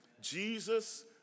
Jesus